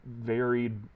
varied